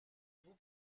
vous